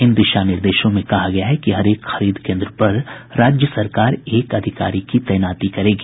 इन दिशा निर्देशों में कहा गया है कि हरेक खरीद केन्द्र पर राज्य सरकार एक अधिकारी की तैनाती करेगी